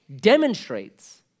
demonstrates